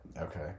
Okay